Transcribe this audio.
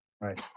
Right